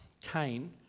Cain